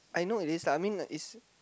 I know it is lah I mean like it's